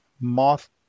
moth